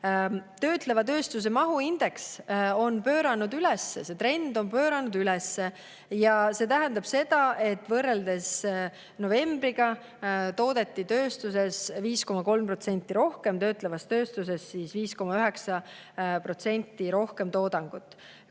Töötleva tööstuse mahu indeks on pööranud üles, see trend on pööranud üles. See tähendab, et võrreldes novembriga toodeti tööstuses 5,3% rohkem ja töötlevas tööstuses 5,9% rohkem toodangut.